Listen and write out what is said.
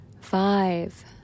five